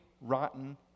rotten